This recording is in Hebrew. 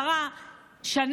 עשרה חודשים,